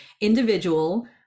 individual